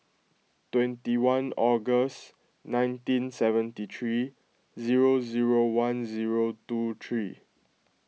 twenty one August nineteen seventy three zero zero one zero two three